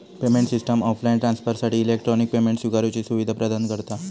payment system offline ट्रांसफरसाठी electronic payment स्विकारुची सुवीधा प्रदान करता